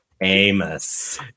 Amos